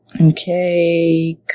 Okay